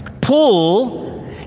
Paul